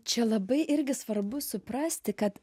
čia labai irgi svarbu suprasti kad